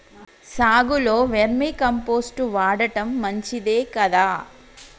సాగులో vermi compost వాడటం మంచిదే కదా?